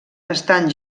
estan